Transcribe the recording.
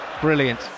Brilliant